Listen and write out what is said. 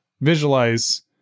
visualize